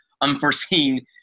unforeseen